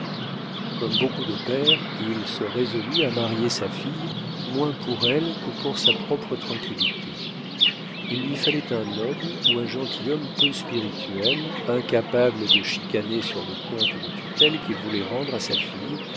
comme beaucoup de pères il se résolut à marier sa fille moins pour elle que pour sa propre tranquillité il lui fallait un noble ou un gentilhomme peu spirituel incapable de chicaner sur le compte de tutelle qu'il voulait rendre à sa fille